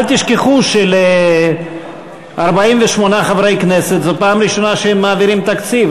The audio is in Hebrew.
אל תשכחו של-48 חברי כנסת זאת פעם ראשונה שהם מעבירים תקציב,